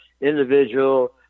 individual